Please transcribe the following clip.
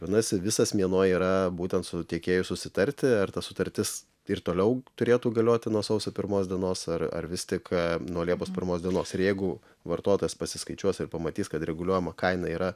vadinasi visas mėnuo yra būtent su tiekėju susitarti ar ta sutartis ir toliau turėtų galioti nuo sausio pirmos dienos ar ar vis tik nuo liepos pirmos dienos ir jeigu vartotojas pasiskaičiuos ir pamatys kad reguliuojama kaina yra